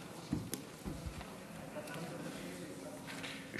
שלוש דקות.